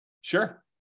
Sure